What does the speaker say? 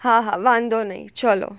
હા હા વાંધો નહીં ચલો